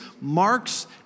marks